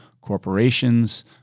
corporations